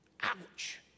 Ouch